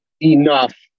enough